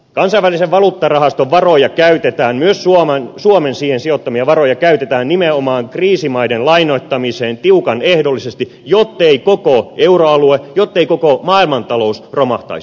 kansainvälisen valuuttarahaston varoja käytetään myös suomen siihen sijoittamia varoja käytetään nimenomaan kriisimaiden lainoittamiseen tiukan ehdollisesti jottei koko euroalue jottei koko maailmantalous romahtaisi